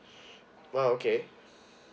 !wow! okay